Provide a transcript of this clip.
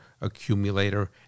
accumulator